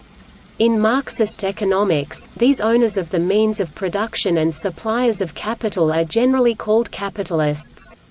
in marxist economics, these owners of the means of production and suppliers of capital are generally called capitalists.